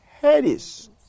Hades